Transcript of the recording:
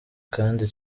kandi